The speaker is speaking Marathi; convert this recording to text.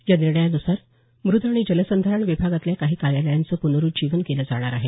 या निर्णयानुसार मुद् आणि जलसंधारण विभागातल्या काही कार्यालयाचं पुनरूज्जीवन केलं जाणार आहे